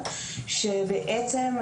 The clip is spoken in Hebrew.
החינוך.